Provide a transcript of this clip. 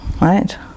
right